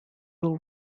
will